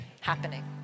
happening